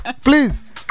Please